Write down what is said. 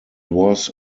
was